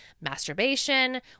masturbation